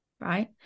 right